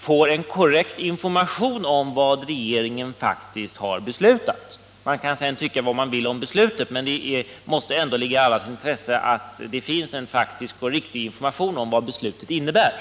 får en korrekt information om vad regeringen faktiskt har beslutat. Oavsett vad man sedan tycker om beslutet, måste det ändå ligga i allas intresse att det finns en faktisk och riktig information om vad det innebär.